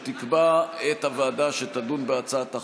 והיא תקבע את הוועדה שתדון בהצעת החוק.